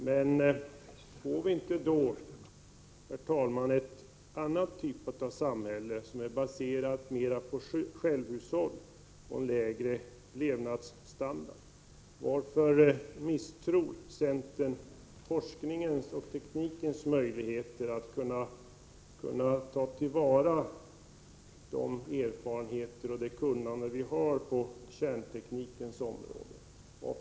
Men får vi då inte, herr talman, en annan typ av samhälle, som är baserat på självhushåll och lägre levnadsstandard? Varför misstror centern forskningens och teknikens möjligheter att ta till vara de erfarenheter och det kunnande vi har på kärnteknikens område?